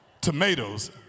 tomatoes